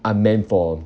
I meant from